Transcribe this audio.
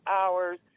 hours